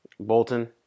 Bolton